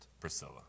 Priscilla